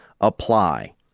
apply